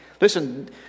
listen